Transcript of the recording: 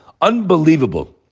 unbelievable